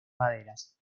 maderas